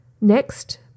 Next